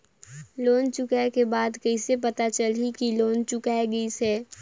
Loan चुकाय के बाद कइसे पता चलही कि लोन चुकाय गिस है?